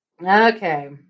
Okay